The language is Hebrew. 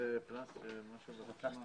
אהוד לזר.